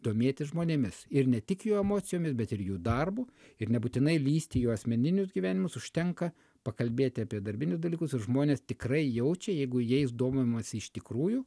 domėtis žmonėmis ir ne tik jų emocijomis bet ir jų darbu ir nebūtinai lįsti į jo asmeninius gyvenimus užtenka pakalbėti apie darbinius dalykus ir žmonės tikrai jaučia jeigu jais domimasi iš tikrųjų